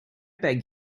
beg